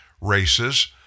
races